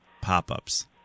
pop-ups